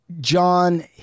John